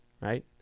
Right